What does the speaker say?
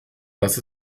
dass